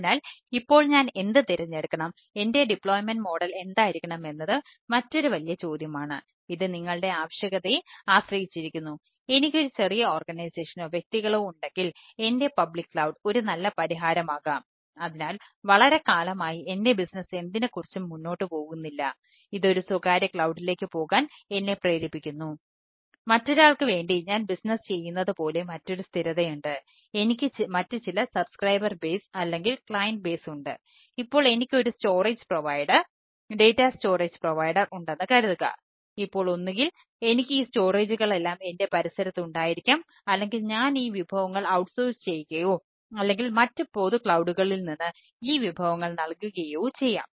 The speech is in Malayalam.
അതിനാൽ ഇപ്പോൾ ഞാൻ എന്ത് തിരഞ്ഞെടുക്കണം എന്റെ ഡിപ്ലോയ്മെൻറ് മോഡൽ നിന്ന് ഈ വിഭവങ്ങൾ നൽകുകയോ ചെയ്യാം